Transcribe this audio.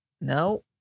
No